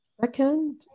Second